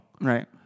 Right